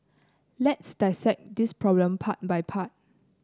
let's dissect this problem part by part